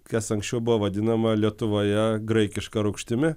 kas anksčiau buvo vadinama lietuvoje graikiška rūgštimi